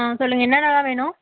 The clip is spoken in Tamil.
ஆ சொல்லுங்கள் என்னென்னலாம் வேணும்